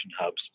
hubs